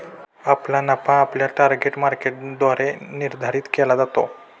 आपला नफा आपल्या टार्गेट मार्केटद्वारे निर्धारित केला जातो